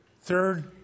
third